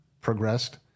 progressed